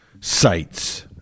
sites